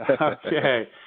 Okay